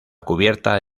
cubierta